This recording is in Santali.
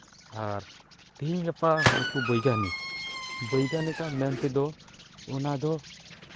ᱟᱨ ᱛᱤᱦᱤᱧ ᱜᱟᱯᱟ ᱱᱩᱠᱩ ᱵᱳᱭᱜᱟᱱᱤᱠ ᱵᱳᱭᱜᱟᱱᱤᱠᱟᱜ ᱢᱮᱱ ᱛᱮᱫᱚ ᱚᱱᱟ ᱫᱚ